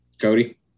Cody